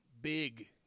Big